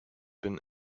been